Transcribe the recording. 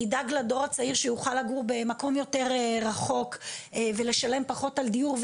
ידאג לדור הצעיר שיוכל לגור במקום יותר רחוק ולשלם פחות על דיור,